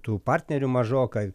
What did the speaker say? tų partnerių mažokai